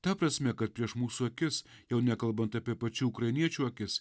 ta prasme kad prieš mūsų akis jau nekalbant apie pačių ukrainiečių akis